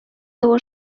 того